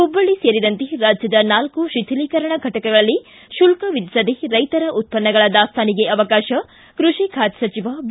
ಹುಬ್ಬಳ್ಳಿ ಸೇರಿದಂತೆ ರಾಜ್ಯದ ನಾಲ್ಕು ಶೀಥಲೀಕರಣ ಘಟಕಗಳಲ್ಲಿ ಶುಲ್ಕ ವಿಧಿಸದೇ ರೈತರ ಉತ್ತನ್ನಗಳ ದಾಸ್ತಾನಿಗೆ ಅವಕಾಶ ಕೃಷಿ ಖಾತೆ ಸಚಿವ ಬಿ